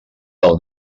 del